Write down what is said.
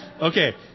Okay